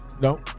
no